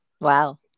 wow